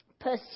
Pursue